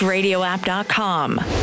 Radioapp.com